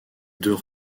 deux